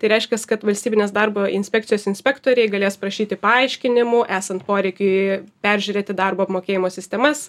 tai reiškias kad valstybinės darbo inspekcijos inspektoriai galės prašyti paaiškinimų esant poreikiui peržiūrėti darbo apmokėjimo sistemas